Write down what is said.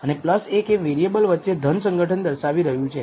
અને 1 એ વેરીએબલ વચ્ચે ધન સંગઠન દર્શાવી રહ્યું છે